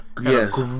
Yes